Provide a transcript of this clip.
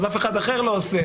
אז אף אחד אחר לא עושה.